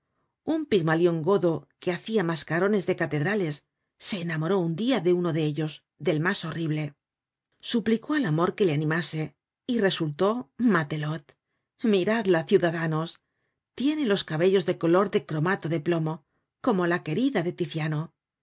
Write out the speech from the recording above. un pigmalion godo que hacia mascarones de catedrales se enamoró un dia de uno de ellos del mas horrible suplicó al amor que le animase y resultó matelote miradla ciudadanos tiene los cabellos de color de cromato de plomo como la querida del ticiano